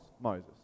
Moses